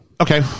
Okay